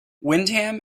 wyndham